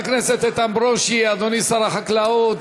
חבר הכנסת איתן ברושי, אדוני שר החקלאות,